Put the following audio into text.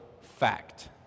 fact